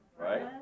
Right